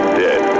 dead